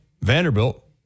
Vanderbilt